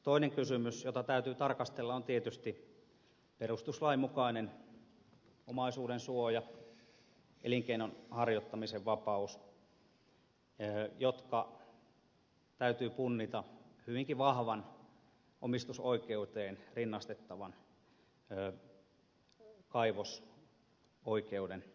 toinen kysymys jota täytyy tarkastella on tietysti perustuslainmukainen omaisuuden suoja elinkeinon harjoittamisen vapaus jotka täytyy punnita hyvinkin vahvan omistusoikeuteen rinnastettavan kaivosoikeuden osalta